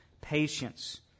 patience